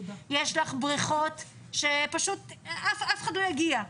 יש לך בריכות שפשוט אף אחד לא יגיע,